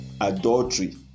adultery